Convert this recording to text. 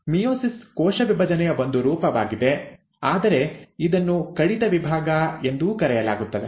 meiosis ಕೋಶ ವಿಭಜನೆಯ ಒಂದು ರೂಪವಾಗಿದೆ ಆದರೆ ಇದನ್ನು ಕಡಿತ ವಿಭಾಗ ಎಂದೂ ಕರೆಯಲಾಗುತ್ತದೆ